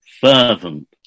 Fervent